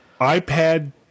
iPad